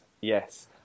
yes